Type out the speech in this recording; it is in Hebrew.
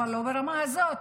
אבל לא ברמה הזאת,